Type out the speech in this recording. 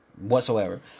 whatsoever